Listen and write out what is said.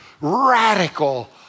radical